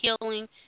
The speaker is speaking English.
healing